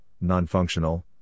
Non-Functional